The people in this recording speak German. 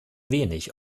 wenig